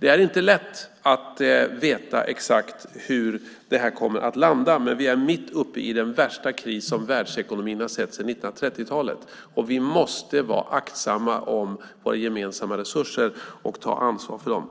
Det är inte lätt att veta exakt var detta kommer att landa, men vi är mitt uppe i den värsta kris som världsekonomin har sett sedan 1930-talet, och vi måste vara aktsamma om våra gemensamma resurser och ta ansvar för dem.